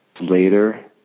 later